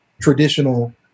traditional